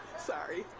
sorry